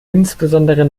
insbesondere